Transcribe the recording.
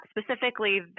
specifically